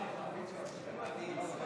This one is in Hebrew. לחבר הכנסת